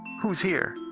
who's here?